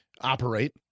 operate